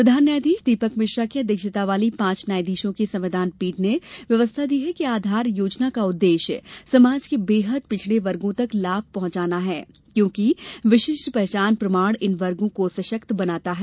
प्रधान न्यायाधीश दीपक मिश्रा की अध्यधक्षता वाली पांच न्यायाधीशों की संविधान पीठ ने व्यवस्था दी कि आधार योजना का उद्देश्य समाज के बेहद पिछड़े वर्गो तक लाभ पहुंचाना है क्योंकि विशिष्ट पहचान प्रमाण इन वर्गो को सशक्त बनाता है